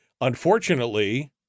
unfortunately